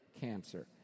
cancer